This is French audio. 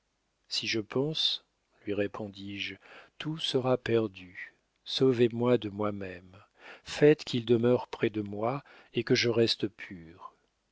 si je pense lui répondis-je tout sera perdu sauvez-moi de moi-même faites qu'il demeure près de moi et que je reste pure